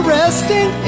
resting